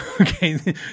Okay